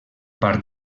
part